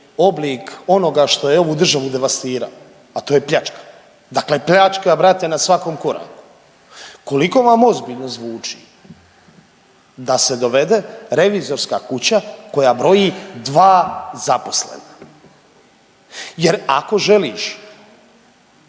oblik onoga što je ovu državu devastiralo a to je pljačka? Dakle, pljačka brate na svakom koraku. Koliko vama ozbiljno zvuči da se dovede revizorska kuća koja broji 2 zaposlena? Jer ako želiš